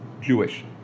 Jewish